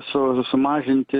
su sumažinti